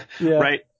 Right